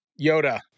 Yoda